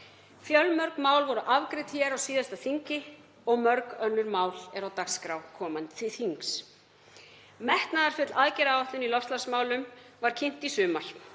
Fjölmörg mál voru afgreidd hér á síðasta þingi og mörg önnur mál eru á dagskrá komandi þings. Metnaðarfull aðgerðaáætlun í loftslagsmálum stjórnvalda var kynnt í sumar